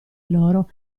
loro